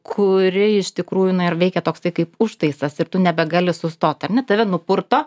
kuri iš tikrųjų na ir veikia toksai kaip užtaisas ir tu nebegali sustot ar ne tave nupurto